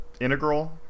integral